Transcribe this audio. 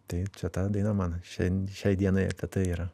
tai čia ta daina man šian šiai dienai apie tai yra